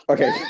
Okay